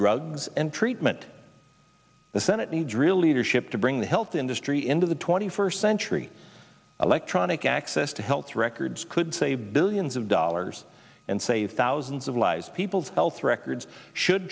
drugs and treatment the senate needs real leadership to bring the health industry into the twenty first century electronic access to health records could save billions of dollars and save thousands of lives people's health records should